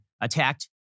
attacked